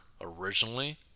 originally